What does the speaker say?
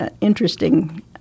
interesting